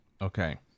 okay